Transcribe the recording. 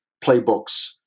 playbooks